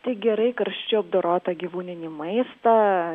tik gerai karščiu apdorotą gyvūninį maistą